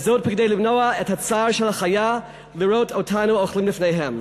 וזאת כדי למנוע את הצער של החיה לראות אותנו אוכלים לפניה.